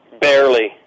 Barely